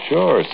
Sure